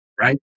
Right